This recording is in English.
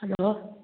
hello